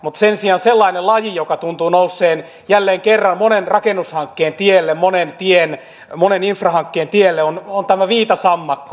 mutta sen sijaan sellainen laji joka tuntuu nousseen jälleen kerran monen rakennushankkeen tielle monen infrahankkeen tielle on tämä viitasammakko